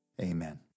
Amen